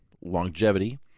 longevity